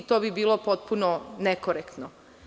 To bi bilo potpuno nekorektno.